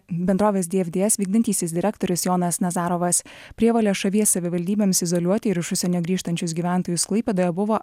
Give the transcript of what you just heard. bendrovės dfds vykdantysis direktorius jonas nazarovas prievolė šalies savivaldybėms izoliuoti ir iš užsienio grįžtančius gyventojus klaipėdoje buvo